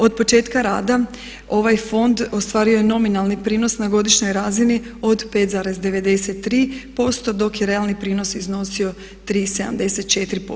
Od početka rada ovaj fond ostvario je nominalni prinos na godišnjoj razini od 5,93% dok je realni prinos iznosio 3,74%